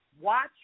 Watch